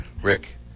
Rick